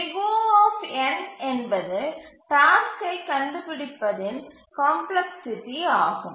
O என்பது டாஸ்க்கை கண்டுபிடிப்பதின் காம்ப்ளக்ஸ்சிட்டி ஆகும்